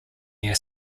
near